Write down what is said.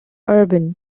urban